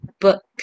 Book